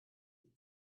die